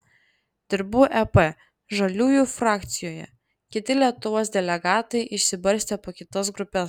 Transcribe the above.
dirbu ep žaliųjų frakcijoje kiti lietuvos delegatai išsibarstę po kitas grupes